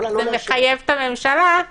אם אתה לא מאשר, זה מחייב את הממשלה לעשות חושבים.